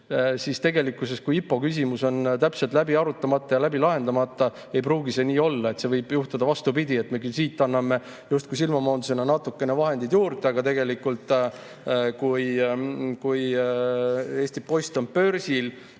Aga tegelikkuses, kui IPO küsimus on täpselt läbi arutamata ja lahendamata, ei pruugi see nii olla. Võib juhtuda vastupidi, et me küll anname justkui silmamoondusena natukene vahendeid juurde, aga tegelikult, kui Eesti Post on börsil,